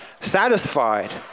satisfied